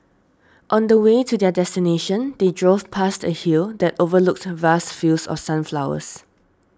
on the way to their destination they drove past a hill that overlooked vast fields of sunflowers